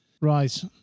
Right